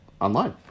online